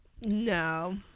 no